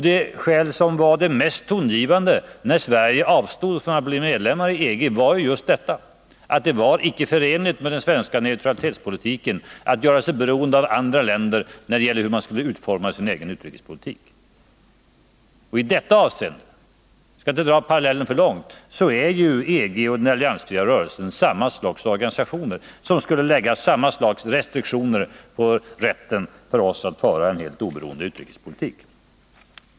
Det skäl som var mest tongivande när Sverige avstod från att ansöka om medlemskap i EG var just att det inte var förenligt med den svenska alliansfriheten att göra sig beroende av andra länder när det gäller utformningen av vår egen utrikespolitik.